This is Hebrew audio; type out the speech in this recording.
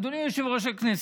אדוני יושב-ראש הכנסת,